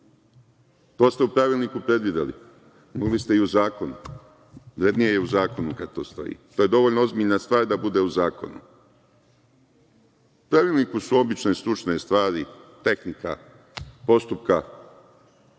To ste u pravilniku predvideli, ali mogli ste i u zakonu. Vrednije je u zakonu kad to stoji. To je dovoljno ozbiljna stvar da bude u zakonu. U pravilniku su obične, stručne stvari, tehnika postupka,